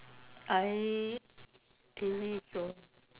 I believe so